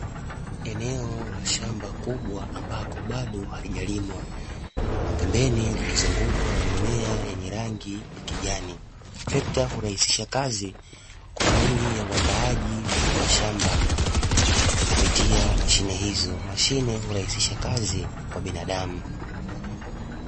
Eneo la shamba kubwa ambako bado halijalimwa kwa pembeni likizungukwa na mimea yenye rangi ya kijani. Trekta hurahisisha kazi kwa ajili ya uandaaji wa mashamba kupitia mashine hizo, mashine hurahisisha kazi kwa binadamu.